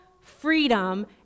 freedom